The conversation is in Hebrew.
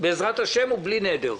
בעזרת השם ובלי נדר.